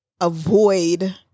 avoid